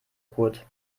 kurt